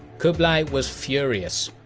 kublai was furious.